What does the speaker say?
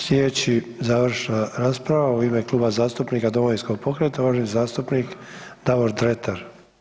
Sljedeća završna rasprava u ime Kluba zastupnika Domovinskog pokreta uvaženi zastupnik Davor Dretar.